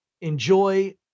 enjoy